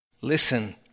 Listen